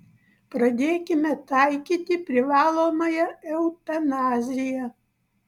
pradėkime taikyti privalomąją eutanaziją